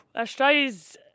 Australia's